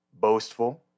boastful